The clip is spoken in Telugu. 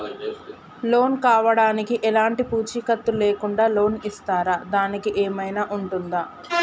లోన్ కావడానికి ఎలాంటి పూచీకత్తు లేకుండా లోన్ ఇస్తారా దానికి ఏమైనా ఉంటుందా?